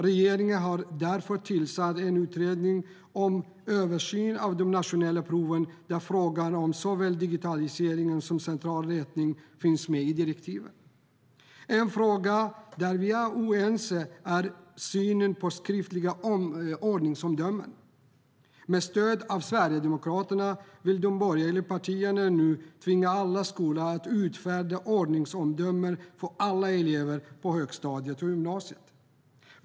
Regeringen har därför tillsatt en utredning om översyn av de nationella proven där frågan om såväl digitalisering som central rättning finns med i direktiven. En fråga där vi är oense är synen på skriftliga ordningsomdömen. Med stöd av Sverigedemokraterna vill de borgerliga partierna nu tvinga alla skolor att utfärda ordningsomdömen för alla elever på högstadiet och gymnasiet.